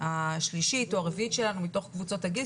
הקבוצה השלישית או הרביעית שלנו מתוך קבוצות הגיל,